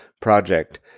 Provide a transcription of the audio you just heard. Project